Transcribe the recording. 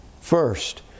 First